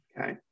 Okay